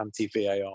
anti-VAR